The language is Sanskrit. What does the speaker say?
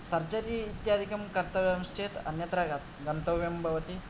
सर्जरी इत्याधिकं कर्तव्यं चेत् अन्यत्र गन्तव्यं भवति